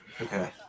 Okay